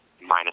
minus